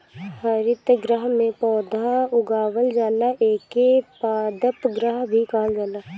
हरितगृह में पौधा उगावल जाला एके पादप गृह भी कहल जाला